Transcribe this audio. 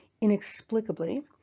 inexplicably